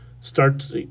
starts